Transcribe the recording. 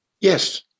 Yes